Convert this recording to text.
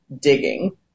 digging